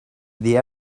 the